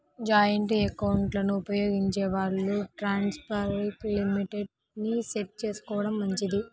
joint ఎకౌంట్లను ఉపయోగించే వాళ్ళు ట్రాన్సాక్షన్ లిమిట్ ని సెట్ చేసుకోడం మంచిది